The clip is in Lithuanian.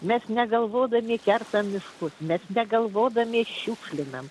mes negalvodami kertam miškus nes negalvodami šiukšlinam